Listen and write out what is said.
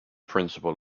principle